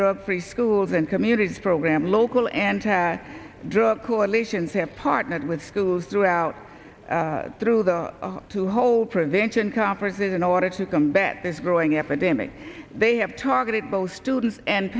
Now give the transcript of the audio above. drug free schools and communities program local and tear drop correlations have partnered with schools throughout through the to hold prevention conferences in order to combat this growing epidemic they have targeted both students and